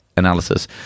analysis